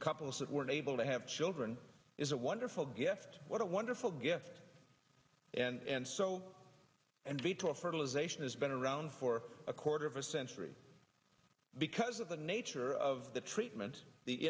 couples that were unable to have children is a wonderful gift what a wonderful gift and so and vitro fertilization has been around for a quarter of a century because of the nature of the treatment the